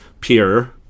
peer